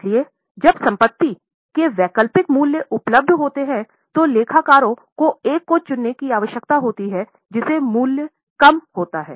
इसलिए जब संपत्ति के वैकल्पिक मूल्य उपलब्ध होते हैं तो लेखाकारों को एक को चुनने की आवश्यकता होती है जिससे मूल्य कम होता है